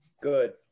Good